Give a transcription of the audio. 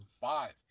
five